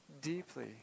Deeply